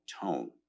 tone